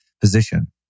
position